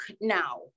now